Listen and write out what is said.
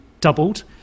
doubled